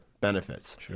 benefits